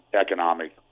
economic